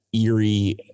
eerie